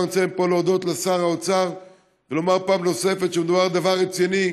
ואני רוצה פה להודות לשר האוצר ולומר פעם נוספת שמדובר בדבר רציני.